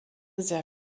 sehr